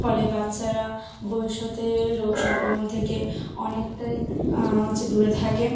ফলে বাচ্চারা ভবিষ্যতে রোগ সংক্রমণ থেকে অনেকটাই হচ্ছে দূরে থাকে